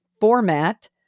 format